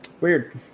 Weird